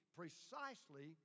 precisely